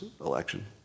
election